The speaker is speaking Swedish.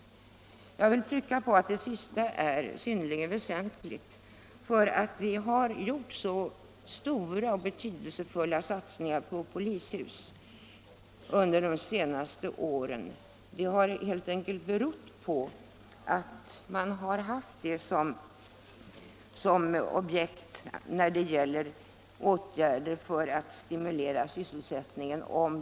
Jag vill framhålla att det sistnämnda är synnerligen väsentligt. Att det har gjorts så stora och betydelsefulla satsningar på polishus under de senaste åren har helt enkelt berott på att man har anvisat polishusbyggen som objekt när det har behövts åtgärder för att stimulera sysselsättningen.